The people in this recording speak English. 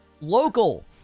Local